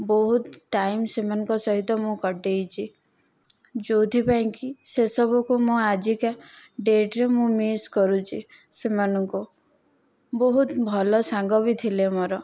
ବହୁତ ଟାଇମ୍ ସେମାନଙ୍କ ସହିତ ମୁଁ କଟେଇଛି ଯୋଉଥିପାଇଁ କି ସେ ସବୁକୁ ମୁଁ ଆଜିକା ଡେଟ୍ରେ ମୁଁ ମିସ୍ କରୁଛି ସେମାନଙ୍କୁ ବହୁତ ଭଲ ସାଙ୍ଗବି ଥିଲେ ମୋର